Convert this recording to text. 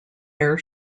air